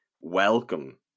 welcome